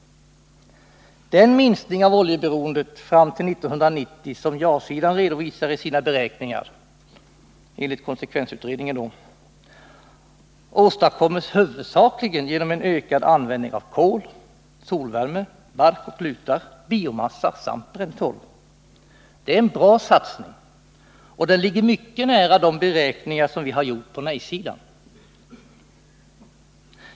Den minskning av oljeberoendet fram till 1990 som ja-sidan redovisar i sina beräkningar — hämtade från konsekvensutredningen — åstadkoms huvudsakligen genom en ökad användning av kol, solvärme, bark och lutar, biomassa samt bränntorv. Det är en bra satsning, och den ligger mycket nära de beräkningar som vi har gjort på nej-sidan.